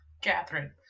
catherine